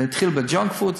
זה התחיל בג'אנק פוד,